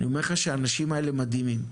אני אומר לך שהאנשים האלה מדהימים.